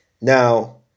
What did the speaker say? Now